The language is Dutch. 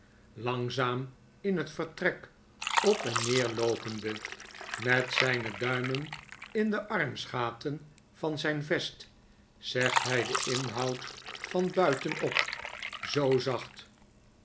langzaam inhetvertrek op en neerloopende met zijne duimen in de armsgaten van zijn vest zegt hij den inhoud van buitenop zoo zacht